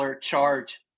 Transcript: charge